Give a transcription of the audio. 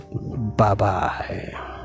Bye-bye